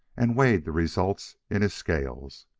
and weighed the result in his scales.